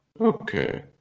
okay